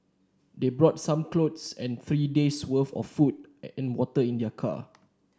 they brought some clothes and three days worth of food and water in their car